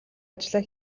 ажлаа